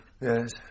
Yes